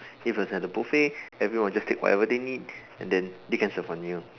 if it was at a buffet everyone will just take whatever they need and then they can serve one meal